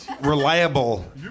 reliable